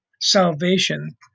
salvation